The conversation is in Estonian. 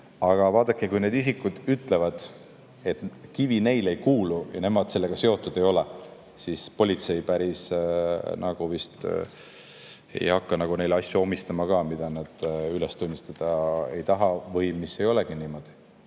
Aga vaadake, kui need isikud ütlevad, et kivi neile ei kuulu ja nemad sellega seotud ei ole, siis politsei vist ei hakka neile omistama asju, mida nad üles tunnistada ei taha või mis ei olegi niimoodi.